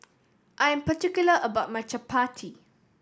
I am particular about my Chapati